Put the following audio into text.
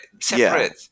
Separate